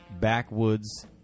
backwoods